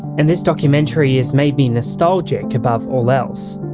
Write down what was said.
and this documentary has made me nostalgic above all else.